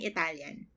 Italian